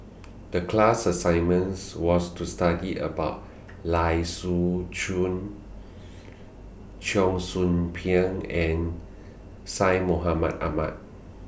The class assignments was to study about Lai Siu Chiu Cheong Soo Pieng and Syed Mohamed Ahmed